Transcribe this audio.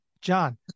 John